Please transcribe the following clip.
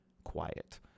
Quiet